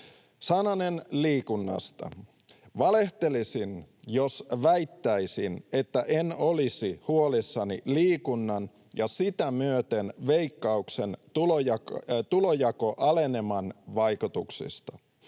Sananen liikunnasta. Valehtelisin, jos väittäisin, että en olisi huolissani liikunnan ja sitä myöten Veikkauksen tulojakoaleneman vaikutuksista.